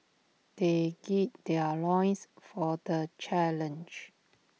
they gird their loins for the challenge